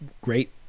great